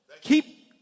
Keep